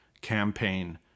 Campaign